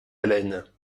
haleine